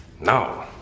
no